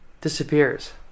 disappears